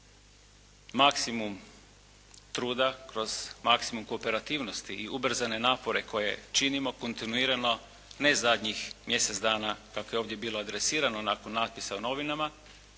maksimum truda, kroz maksimum kooperativnosti i ubrzane napore koje činimo kontinuirano ne zadnjih mjesec dana kako je ovdje bilo adresirano nakon natpisa u novinama